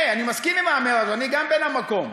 הי, אני מסכים עם האמירה הזאת, גם אני בן המקום.